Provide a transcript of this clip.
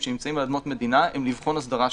שנמצאים על אדמות מדינה הן לבחון הסדרה שלהם,